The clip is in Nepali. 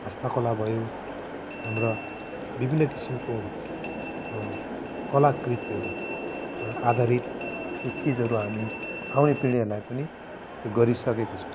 हस्तकला भयो हाम्रो विभिन्न किसिमको कलाकृतिहरू आधारित चीजहरू हामी आउने पिँढीहरूलाई पनि यो गरिसकेको छौँ